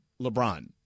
LeBron